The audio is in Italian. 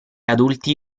adulti